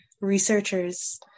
researchers